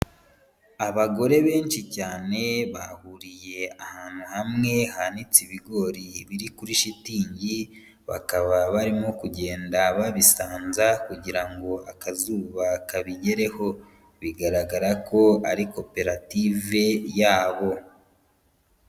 Abagore benshi cyane bahuriye ahantu hamwe hanitse ibigori biri kuri shitingi, bakaba barimo kugenda babisanza kugira ngo akazuba kabigereho, bigaragara ko ari koperative yabo.